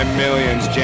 millions